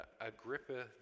Agrippa